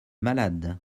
malade